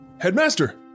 Headmaster